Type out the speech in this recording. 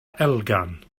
elgan